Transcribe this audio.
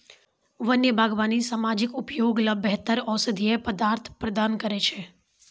वन्य बागबानी सामाजिक उपयोग ल बेहतर औषधीय पदार्थ प्रदान करै छै